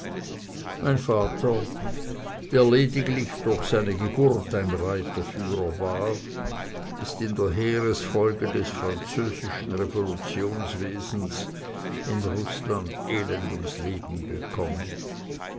mein vater der lediglich durch seine geburt ein reiterfahrer war ist in der heeresfolge des französischen revolutionswesens in rußland elend ums leben gekommen